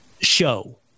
show